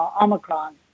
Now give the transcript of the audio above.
Omicron